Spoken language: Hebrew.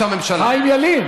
אדוני,